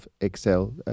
Excel